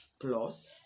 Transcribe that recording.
plus